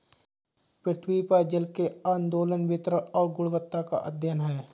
पृथ्वी पर जल के आंदोलन वितरण और गुणवत्ता का अध्ययन है